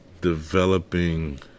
developing